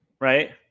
right